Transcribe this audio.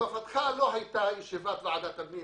בתקופתך לא הייתה ישיבת ועדת הפנים